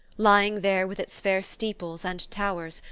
lying there with its fair steeples and towers,